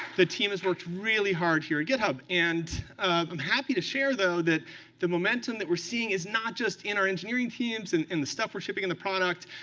the team has worked really hard here at github. and i'm happy to share, though, that the momentum that we're seeing is not just in our engineering teams and the stuff we're shipping in the product.